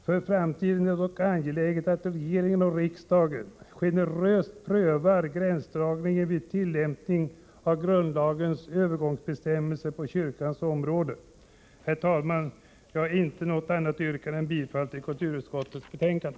För framtiden är det dock angeläget att regeringen och riksdagen generöst prövar gränsdragningen vid tillämpningen av grundlagens övergångsbestämmelser på kyrkans område. Herr talman! Jag har inte något annat yrkande än bifall till kulturutskottets betänkande.